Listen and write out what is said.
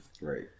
right